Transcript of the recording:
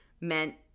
meant